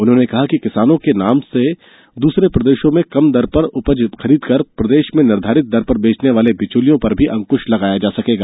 उन्होंने कहा कि किसानों के नाम में दूसरे प्रदेशों से कम दर पर उपज खरीदकर प्रदेश में निर्धारित दर पर बेचने वाले बिचौलियों पर भी अंकुश लगाया जा सकेगा